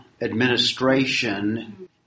administration